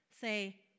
say